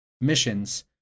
missions